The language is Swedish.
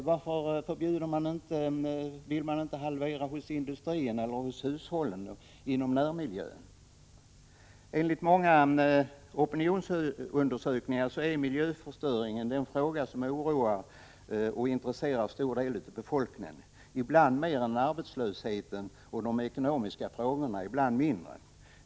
Varför vill man inte halvera mängden bekämpningsmedel i industrin eller i hushållen, dvs. i närmiljön? Enligt många opinionsundersökningar är miljöförstöringen den fråga som oroar och intresserar en stor del av befolkningen, ibland mer än arbetslöshe ten och de ekonomiska frågorna, ibland mindre.